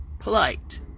Polite